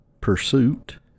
Pursuit